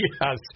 Yes